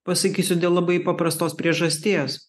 pasakysiu dėl labai paprastos priežasties